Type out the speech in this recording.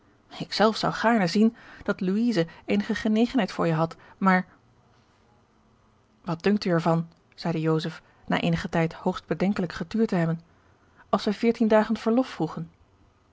ik zelf zou gaarne zien dat louise eenige genegenheid voor je had maar wat dunkt er u van zeide joseph na eenigen tijd hoogst bedenkelijk getuurd te hebben als wij veertien dagen verlof vroegen